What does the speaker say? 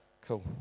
cool